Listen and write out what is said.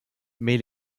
mais